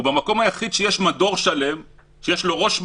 הוא המקום היחיד שיש לו מדור שלם בנושא הזה.